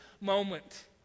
moment